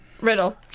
Riddle